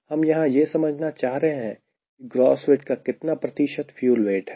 हम यहां यह समझना चाह रहे हैं कि ग्रॉस वेट का कितना प्रतिशत फ्यूल वेट है